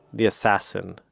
the assassin,